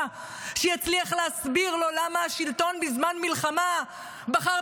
שיצליח להסביר לו למה השלטון בזמן מלחמה בחר,